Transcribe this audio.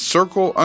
Circle